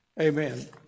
Amen